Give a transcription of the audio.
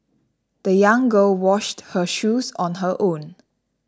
the young girl washed her shoes on her own